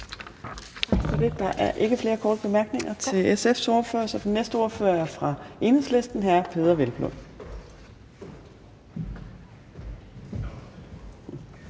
Tak for det. Der er ikke flere korte bemærkninger til SF's ordfører. Så den næste ordfører er hr. Peder Hvelplund